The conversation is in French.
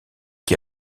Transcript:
qui